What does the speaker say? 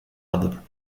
other